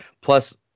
plus